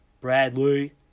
Bradley